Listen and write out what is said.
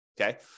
Okay